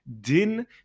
Din